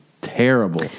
terrible